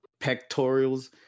pectorials